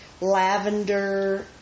lavender